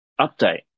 update